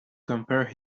compare